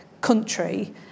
country